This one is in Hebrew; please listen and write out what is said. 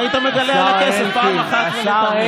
והיית מגלה על הכסף אחת ולתמיד.